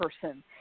person